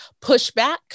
pushback